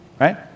right